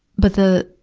but the,